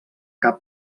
cap